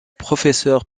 professeur